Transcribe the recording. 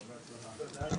בהצלחה.